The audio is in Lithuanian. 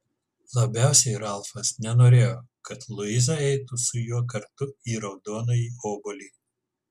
labiausiai ralfas nenorėjo kad luiza eitų su juo kartu į raudonąjį obuolį